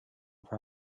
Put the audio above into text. per